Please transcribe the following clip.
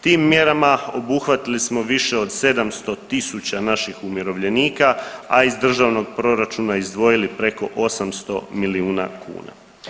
Tim mjerama obuhvatili smo više od 700.000 naših umirovljenika, a iz državnog proračuna izdvojili preko 800 milijuna kuna.